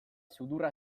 sudurra